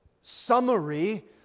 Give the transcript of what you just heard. summary